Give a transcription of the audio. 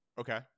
Okay